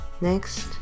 Next